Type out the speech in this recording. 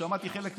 שמעתי חלק מהם,